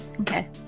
Okay